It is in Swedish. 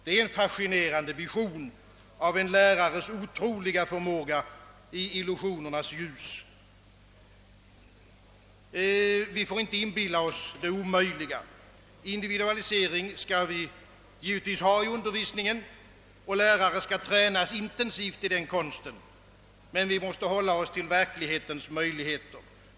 Det är en fascinerande vision av en lärares otroliga förmåga i illusionernas ljus. Vi får inte inbilla oss det omöjliga. Individualisering skall vi givetvis ha i undervisningen, och lärare skall tränas intensivt i den konsten, men vi måste hålla oss till möjligheterna i verkligheten.